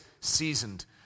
seasoned